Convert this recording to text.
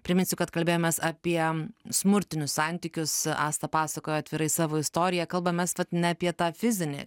priminsiu kad kalbėjomės apie smurtinius santykius asta pasakojo atvirai savo istoriją kalbamės vat ne apie tą fizinį